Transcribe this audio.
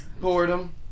Boredom